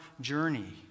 journey